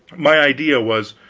my idea was,